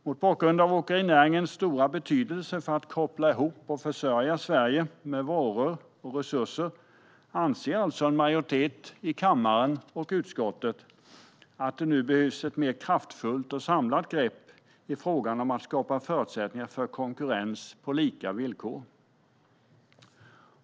Mot bakgrund av åkerinäringens stora betydelse för att koppla ihop och försörja Sverige med varor och resurser anser alltså en majoritet i kammaren och i utskottet att det nu behövs ett mer kraftfullt och samlat grepp i fråga om att skapa förutsättningar för konkurrens på lika villkor.